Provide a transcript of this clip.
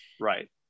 Right